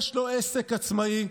יש לו עסק עצמאי,